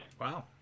Wow